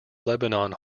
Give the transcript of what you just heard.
lebanon